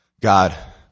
God